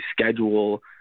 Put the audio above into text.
schedule –